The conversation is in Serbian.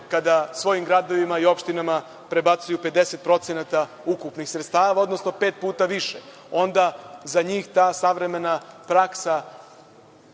kada svojim gradovima i opštinama prebacuju 50% ukupnih sredstava, odnosno pet puta više? Onda za njih ta savremena praksa